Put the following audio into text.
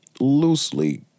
loosely